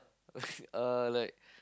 uh like